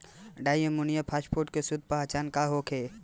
Di ammonium phosphate के शुद्ध पहचान का होखे?